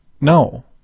No